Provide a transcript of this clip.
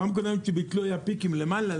פעם קודמת שביטלו היו פיקים למעלה,